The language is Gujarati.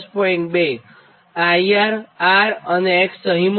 2 IR R અને X અહીં મુકો